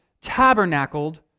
tabernacled